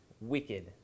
wicked